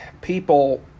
people